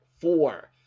four